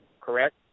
Correct